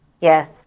Yes